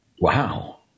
Wow